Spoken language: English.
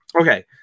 Okay